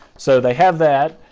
so, they have that.